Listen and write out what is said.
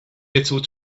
little